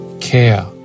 care